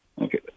Okay